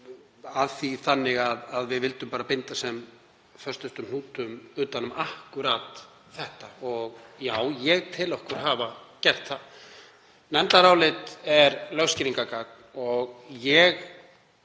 að því þannig að við vildum binda sem fastasta hnúta utan um akkúrat þetta og ég tel okkur hafa gert það. Nefndarálit er lögskýringargagn og ég